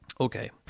Okay